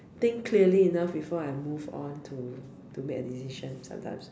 think clearly enough before I move on to to make a decision sometimes mm